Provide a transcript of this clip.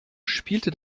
spiele